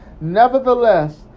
nevertheless